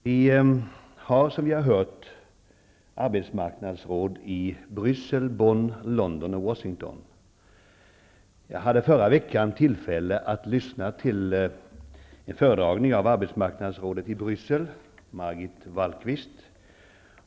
Vi har som vi har hört arbetsmarknadsråd i Bryssel, Bonn, London och Washington. Jag hade förra veckan tillfälle att lyssna till en föredragning av arbetsmarknadsrådet i Bryssel, Margit Wallquist.